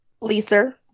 Lisa